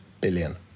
billion